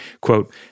Quote